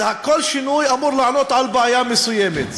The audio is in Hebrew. כל שינוי אמור לענות על בעיה מסוימת.